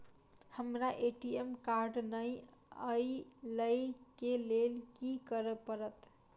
हमरा ATM card नै अई लई केँ लेल की करऽ पड़त?